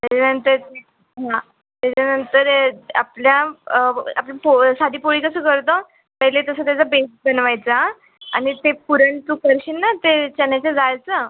त्याच्यानंतर हां त्याच्यानंतर आपल्या आपण पोळ साधी पोळी कसं करतो पहिले तसं त्याचा बेस बनवायचा आणि ते पुरण तू करशील ना ते चण्याच्या डाळीचं